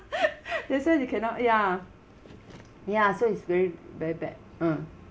that's why they cannot ya ya so it's very very bad um